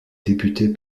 député